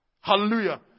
Hallelujah